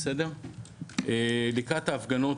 שאלה,